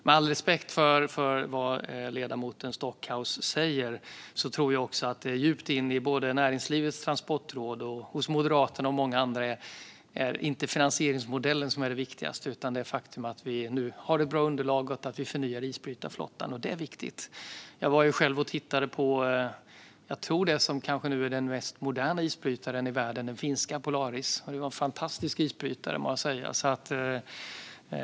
Med all respekt för vad ledamoten Stockhaus säger tror jag att det djupt inne i Näringslivets Transportråd, Moderaterna och många andra inte är finansieringsmodellen som är det viktigaste utan det faktum att vi har ett bra underlag och att vi förnyar isbrytarflottan. Det är det som är viktigt. Jag har själv varit och tittat på det som jag tror är den modernaste isbrytaren i världen, den finländska Polaris. Det är en fantastisk isbrytare, må jag säga.